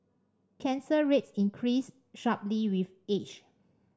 cancer rates increase sharply with age